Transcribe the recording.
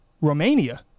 Romania